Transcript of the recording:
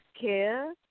care